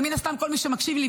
ומן הסתם כל מי שמקשיבים לי,